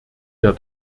der